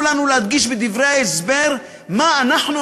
לנו להדגיש בדברי ההסבר למה אנחנו,